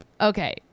okay